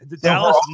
Dallas